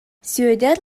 сүөдэр